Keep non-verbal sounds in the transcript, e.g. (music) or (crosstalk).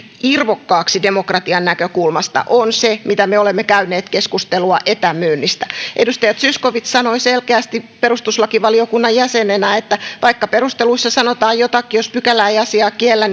irvokkaaksi demokratian näkökulmasta on se mitä keskustelua me olemme käyneet etämyynnistä edustaja zyskowicz sanoi selkeästi perustuslakivaliokunnan jäsenenä että vaikka perusteluissa sanotaan jotakin niin jos pykälä ei asiaa kiellä (unintelligible)